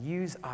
use